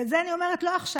ואת זה אני אומרת לא עכשיו,